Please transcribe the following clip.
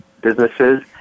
businesses